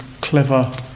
clever